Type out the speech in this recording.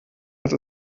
hat